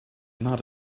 not